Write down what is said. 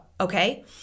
okay